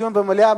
דיון במליאה,